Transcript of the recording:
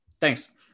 thanks